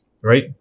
right